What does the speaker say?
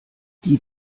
die